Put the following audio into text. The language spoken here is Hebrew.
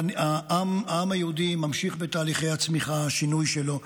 העם היהודי ממשיך בתהליכי הצמיחה והשינוי שלו.